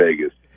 Vegas